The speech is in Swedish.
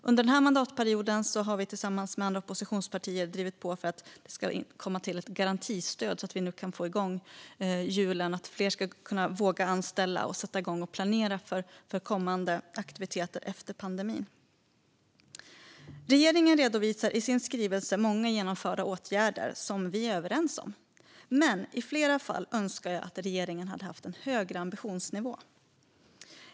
Under den här mandatperioden har vi tillsammans med andra oppositionspartier drivit på för att det ska komma till ett garantistöd, så att vi kan få igång hjulen och fler ska våga anställa och sätta igång att planera för kommande aktiviteter efter pandemin. Regeringen redovisar i sin skrivelse många genomförda åtgärder som vi är överens om. Men i flera fall skulle jag önska att regeringen hade haft en högre ambitionsnivå.